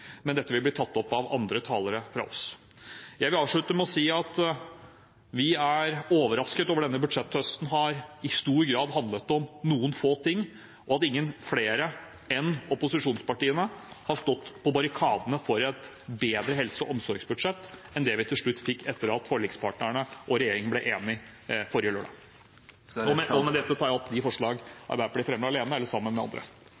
men dette blir tatt opp av andre talere fra oss. Jeg vil avslutte med å si at vi er overrasket over at denne budsjetthøsten i stor grad har handlet om noen få ting, og at ingen flere enn opposisjonspartiene har stått på barrikadene for et bedre helse- og omsorgsbudsjett enn det vi til slutt fikk etter at forlikspartnerne og regjeringen ble enige forrige lørdag. Med dette tar jeg opp de forslag Arbeiderpartiet fremmer alene eller sammen med andre.